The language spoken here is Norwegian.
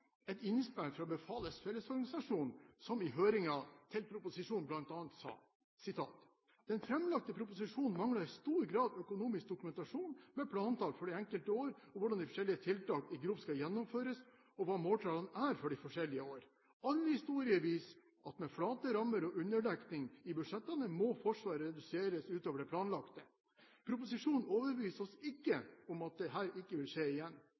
et innspill fra Befalets Fellesorganisasjon, som i høringen i forbindelse med proposisjonen bl.a. sa: «Den fremlagte proposisjon mangler i stor grad økonomisk dokumentasjon med plantall for de enkelte år og hvordan de forskjellige tiltak i grovt skal gjennomføres og hva måltallene er for de enkelte år. All historie viser at med flate rammer og underdekning i budsjettene må Forsvaret reduseres utover det planlagte. Proposisjonen overbeviser oss ikke om at dette ikke vil skje igjen.»